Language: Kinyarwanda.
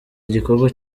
igikorwa